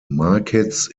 markets